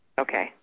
Okay